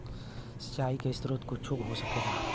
सिंचाइ के स्रोत कुच्छो हो सकेला